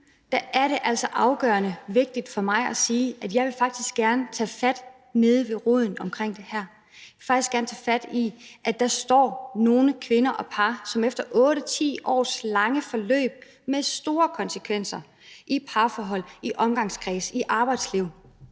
nu er det altså afgørende vigtigt for mig at sige, at jeg faktisk gerne vil tage fat nede om roden ved det her. Jeg vil faktisk gerne tage fat i, at der står nogle kvinder og par, som efter 8-10 års lange forløb med store konsekvenser for parforhold, for omgangskreds, for arbejdsliv